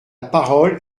parole